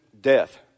Death